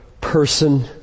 person